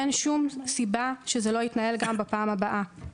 אין שום סיבה שזה לא יתנהל גם בפעם הבאה.